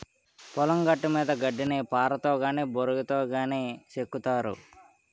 పొలం గట్టుమీద గడ్డిని పారతో గాని బోరిగాతో గాని సెక్కుతారు